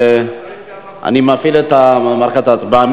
אני מפעיל את מערכת ההצבעה.